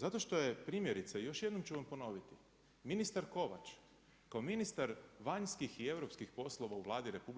Zato što je primjerice, još jednom ću vam ponoviti ministar Kovač kao ministar vanjskih i europskih poslova u Vladi RH